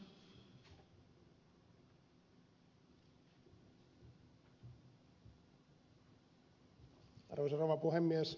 arvoisa rouva puhemies